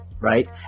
right